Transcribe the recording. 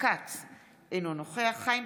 אינו נוכח שרן